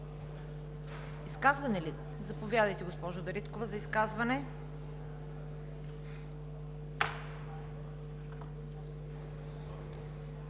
изказвания? Заповядайте, госпожо Дариткова за изказване.